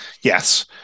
Yes